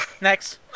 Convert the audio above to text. next